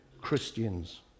Christians